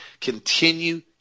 continue